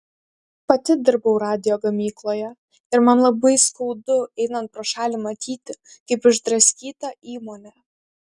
pati dirbau radijo gamykloje ir man labai skaudu einant pro šalį matyti kaip išdraskyta įmonė